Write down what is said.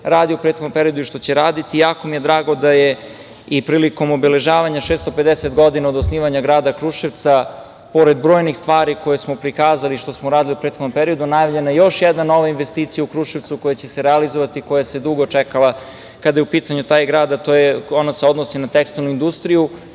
radio u prethodnom periodu i što će raditi. Jako mi je drago da je i prilikom obeležavanja 650 godina od osnivanja grada Kruševca, pored brojnih stvari koje smo prikazali što smo radili u prethodnom periodu, najavljena još jedna nova investicija u Kruševcu koja će se realizovati a koja se dugo čekala kada je u pitanju taj grad, a ona se odnosi na tekstilnu industriju.